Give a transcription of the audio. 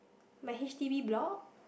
my H_D_B block